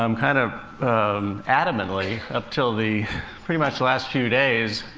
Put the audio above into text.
um kind of um adamantly, up till the pretty much, last few days,